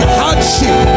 hardship